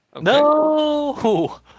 No